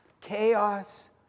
chaos